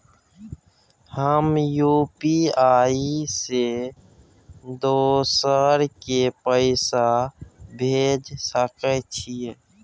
हम यु.पी.आई से दोसर के पैसा भेज सके छीयै?